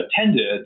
attended